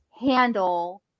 handle